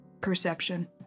perception